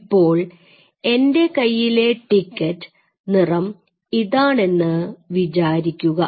ഇപ്പോൾ എൻറെ കയ്യിലെ ടിക്കറ്റ് നിറം ഇതാണെന്ന് വിചാരിക്കുക